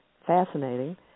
fascinating